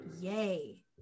Yay